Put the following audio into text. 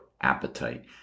appetite